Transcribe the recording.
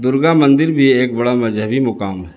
درگا مندر بھی ایک بڑا مذہبی مقام ہے